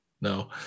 No